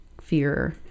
fear